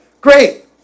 Great